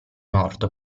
morto